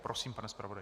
Prosím, pane zpravodaji.